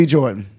Jordan